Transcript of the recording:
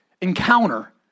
encounter